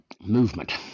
movement